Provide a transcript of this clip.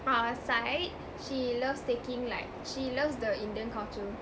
ah side she loves taking like she loves the indian culture